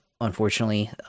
unfortunately